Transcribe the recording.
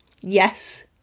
yes